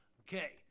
Okay